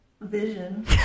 vision